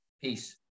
Peace